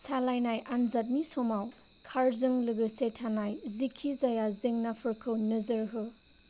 सालायनाय आनजादनि समाव कारजों लोगोसे थानाय जिखिजाया जेंनाफोरखौ नोजोर हो